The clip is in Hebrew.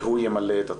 והוא ימלא את הטופס,